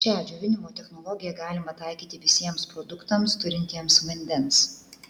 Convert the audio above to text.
šią džiovinimo technologiją galima taikyti visiems produktams turintiems vandens